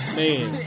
man